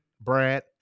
Brad